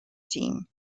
team